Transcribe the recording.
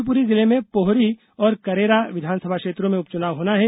शिवपुरी जिले में पोहरी और करेरा विधानसभा क्षेत्रों में उपचुनाव होना है